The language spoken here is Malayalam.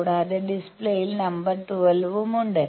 കൂടാതെ ഡിസ്പ്ലേയും നമ്പർ 12 ഉം ഉണ്ട്